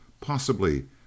Possibly